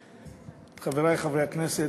חברי חברי הכנסת,